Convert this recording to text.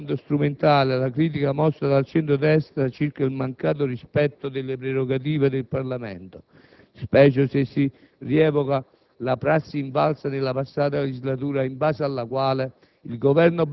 Appare, pertanto, strumentale la critica mossa dal centro-destra circa il mancato rispetto delle prerogative del Parlamento, specie se si rievoca la prassi invalsa nella passata legislatura, in base alla quale